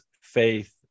faith